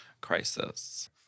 crisis